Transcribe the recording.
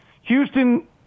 Houston